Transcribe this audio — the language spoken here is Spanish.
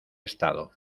estado